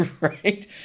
Right